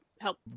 help